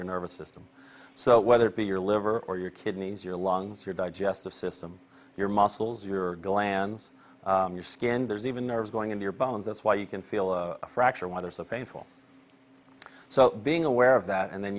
nervous system so whether it be your liver or your kidneys your lungs your digestive system your muscles your glands your skin there's even nerves going in your bones that's why you can feel a fracture when there's a painful so being aware of that and then